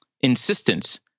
insistence